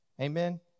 Amen